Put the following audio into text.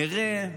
נראה.